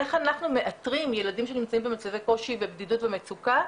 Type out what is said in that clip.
איך אנחנו מאתרים ילדים שנמצאים במצבי קושי ובדידות ומצוקה,